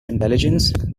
intelligence